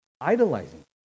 idolizing